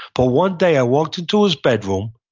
but one day i walked into his bedroom.